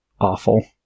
awful